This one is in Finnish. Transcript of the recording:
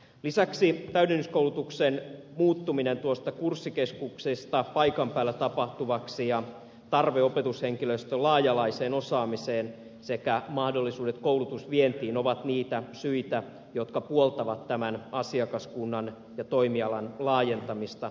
lisäksi täydennyskoulutuksen muuttuminen tuosta kurssikeskuksesta paikan päällä tapahtuvaksi ja tarve opetushenkilöstön laaja alaiseen osaamiseen sekä mahdollisuudet koulutusvientiin ovat niitä syitä jotka puoltavat tämän asiakaskunnan ja toimialan laajentamista